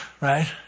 Right